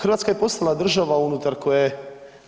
Hrvatska je postala država unutar koje